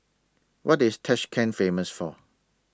What IS Tashkent Famous For